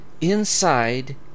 inside